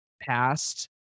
past